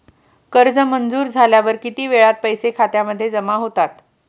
कर्ज मंजूर झाल्यावर किती वेळात पैसे खात्यामध्ये जमा होतात?